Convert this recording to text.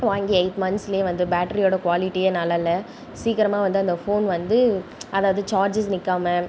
வாங்கி எய்ட் மன்த்ஸ்லேயே வந்து பேட்டரியோட குவாலிட்டி நல்லாயில்ல சீக்கிரமாக வந்து அந்த ஃபோன் வந்து அதாவது சார்ஜெஸ் நிக்காமல்